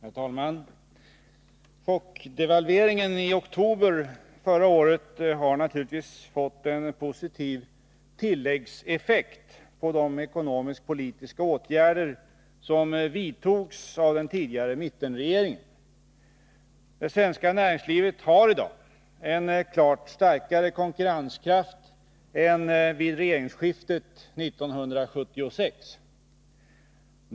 Herr talman! Chockdevalveringen i oktober förra året har naturligtvis fått en positiv tilläggseffekt på de ekonomisk-politiska åtgärder som vidtogs av den tidigare mittenregeringen. Det svenska näringslivet har i dag en klart starkare konkurrenskraft än vid regeringsskiftet 1976.